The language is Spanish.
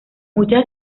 muchas